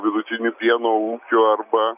vidutinių pieno ūkių arba